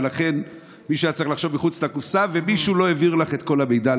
ולכן מישהו היה צריך לחשוב מחוץ לקופסה ומישהו לא העביר לך את כל המידע,